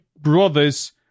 brothers